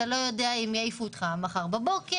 אתה לא יודע אם יעיפו אותך מחר בבוקר,